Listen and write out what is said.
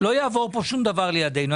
לא יעבור שום דבר לידינו.